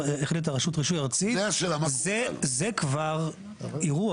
שהחליטה רשות רישוי ארצית, זה כבר אירוע.